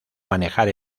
manejar